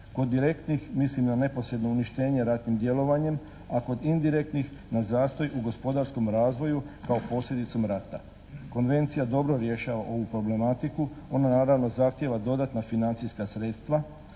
Kod direktnih mislim na neposredno uništenje ratnim djelovanjem, a kod indirektnih na zastoj u gospodarskom razvoju kao posljedicom rata. Konvencija dobro rješava ovu problematiku. Ona naravno zahtijeva dodatna financijska sredstva.